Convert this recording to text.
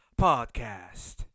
Podcast